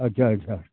अच्छा अच्छा